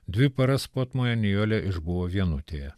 dvi paras potmoje nijolė išbuvo vienutėje